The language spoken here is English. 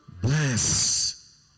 Bless